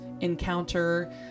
encounter